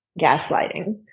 gaslighting